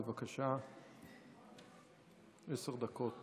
בבקשה, עשר דקות